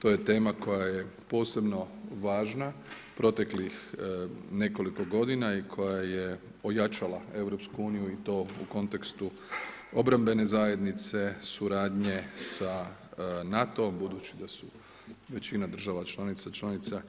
To je tema koja je posebno važna proteklih nekoliko godina i koja je ojačala EU i to u kontekstu obrambene zajednice, suradnje sa NATO-om budući da su većina država članica, članica